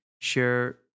share